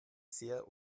sehr